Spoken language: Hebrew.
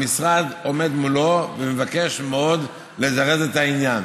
המשרד עומד מולו ומבקש מאוד לזרז את העניין.